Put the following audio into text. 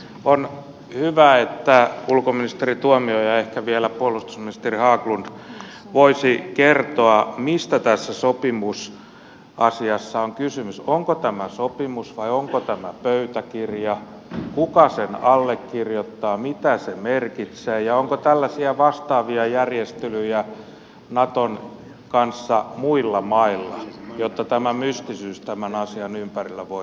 on hyvä että ulkoministeri tuomioja kertoi ja ehkä vielä puolustusministeri haglund voisi kertoa mistä tässä sopimusasiassa on kysymys onko tämä sopimus vai onko tämä pöytäkirja kuka sen allekirjoittaa mitä se merkitsee ja onko tällaisia vastaavia järjestelyjä naton kanssa muilla mailla jotta tämä mystisyys tämän asian ympärillä voidaan poistaa